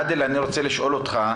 עאדל, אני רוצה לשאול אותך,